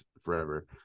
forever